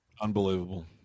Unbelievable